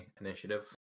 initiative